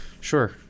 Sure